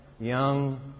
young